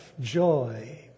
joy